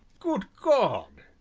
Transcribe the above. good god!